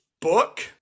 book